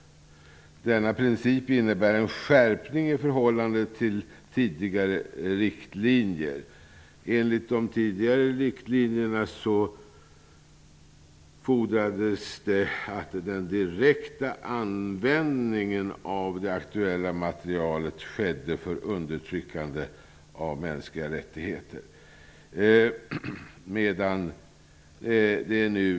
Denna princip innebär en skärpning i förhållande till tidigare riktlinjer, enligt vilka den direkta användningen av den aktuella materielen för undertryckande av mänskliga rättigheter tillmättes viss betydelse.''